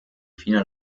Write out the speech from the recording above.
fine